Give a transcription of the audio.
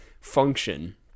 function